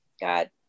God